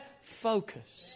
focus